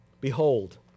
behold